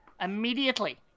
immediately